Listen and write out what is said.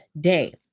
Day